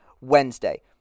Wednesday